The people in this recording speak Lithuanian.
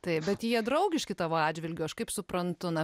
taip bet jie draugiški tavo atžvilgiu aš kaip suprantu na